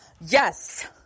yes